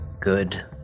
good